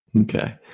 Okay